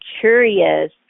curious